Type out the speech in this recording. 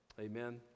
amen